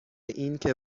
اینکه